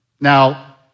Now